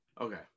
Okay